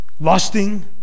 lusting